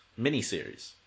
miniseries